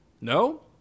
no